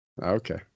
Okay